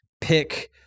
pick